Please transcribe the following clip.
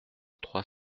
trois